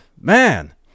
Man